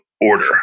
order